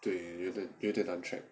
对对有点难 track